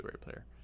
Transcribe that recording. player